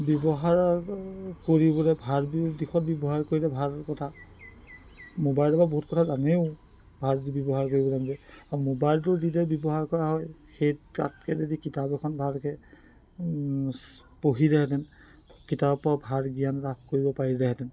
ব্যৱহাৰ কৰিবলৈ ভাল দিশত ব্যৱহাৰ কৰিলে ভাল কথা মোবাইলৰপৰা বহুত কথা জানেও ভালকে ব্যৱহাৰ কৰিব জানিলে মোবাইলটো যেতিয়া ব্যৱহাৰ কৰা হয় সেই তাতকেৈ যদি কিতাপ এখন ভালকৈ পঢ়িলেহেঁতেন কিতাপৰপৰা ভাল জ্ঞাল লাভ কৰিব পাৰিলেহেঁতেন